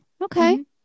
Okay